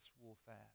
warfare